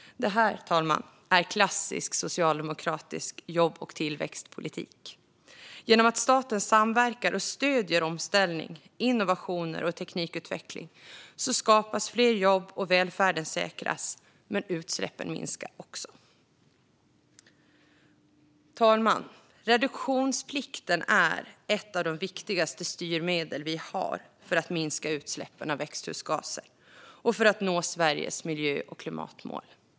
Det här, herr talman, är klassisk socialdemokratisk jobb och tillväxtpolitik! Genom att staten samverkar och stöder omställning, innovationer och teknikutveckling skapas fler jobb och välfärden säkras, men utsläppen minskar också. Herr talman! Reduktionsplikten är ett av de viktigaste styrmedel vi har för att minska utsläppen av växthusgaser och för att nå Sveriges miljö och klimatmål.